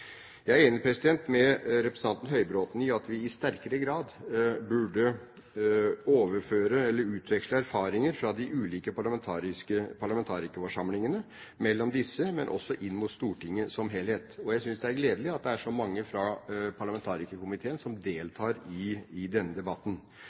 Jeg er enig med representanten Høybråten i at vi i sterkere grad burde utveksle erfaringer mellom de ulike parlamentarikerforsamlingene, men også inn mot Stortinget som helhet. Jeg synes det er gledelig at det er så mange fra parlamentarikerkomiteen som